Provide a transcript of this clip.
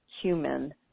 human